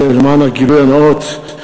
ולמען הגילוי הנאות,